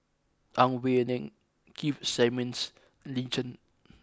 Ang Wei Neng Keith Simmons Lin Chen